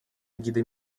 эгидой